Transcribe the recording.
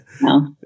no